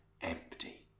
empty